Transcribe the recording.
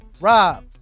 rob